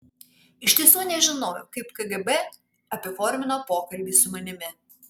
iš tiesų nežinojau kaip kgb apiformino pokalbį su manimi